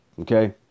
okay